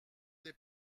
des